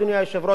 אדוני היושב-ראש,